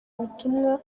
ubutumwa